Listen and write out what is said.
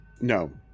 No